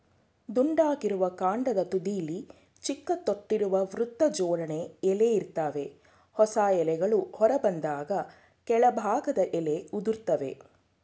ದುಂಡಗಿರುವ ಕಾಂಡದ ತುದಿಲಿ ಚಿಕ್ಕ ತೊಟ್ಟಿರುವ ವೃತ್ತಜೋಡಣೆ ಎಲೆ ಇರ್ತವೆ ಹೊಸ ಎಲೆಗಳು ಹೊರಬಂದಾಗ ಕೆಳಭಾಗದ ಎಲೆ ಉದುರ್ತವೆ